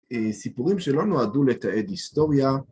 סיפורים שלא נועדו לתעד היסטוריה.